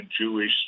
Jewish